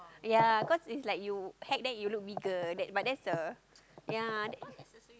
yea cause it's like you hack then you look bigger that but that's a yea